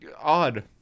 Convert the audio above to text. Odd